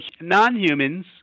non-humans